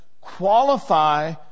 qualify